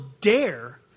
dare